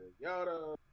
yada